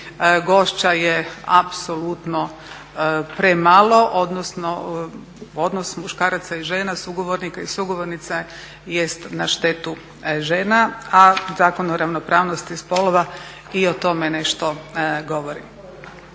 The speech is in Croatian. Gošća je apsolutno premalo odnosno, odnos muškaraca i žena, sugovornika i sugovornica jest na štetu žena, a Zakon o ravnopravnosti spolova i o tome nešto govori.